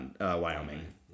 Wyoming